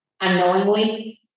unknowingly